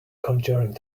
conjuring